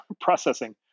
processing